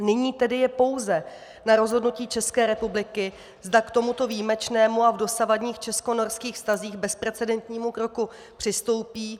Nyní tedy je pouze na rozhodnutí České republiky, zda k tomuto výjimečnému a v dosavadních českonorských vztazích bezprecedentnímu kroku přistoupí.